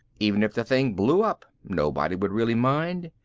even if the thing blew up, nobody would really mind.